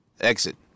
exit